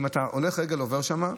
אם הולך רגל עובר שם,